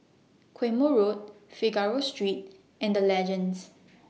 Quemoy Road Figaro Street and The Legends